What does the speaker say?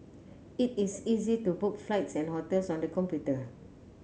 it is easy to book flights and hotels on the computer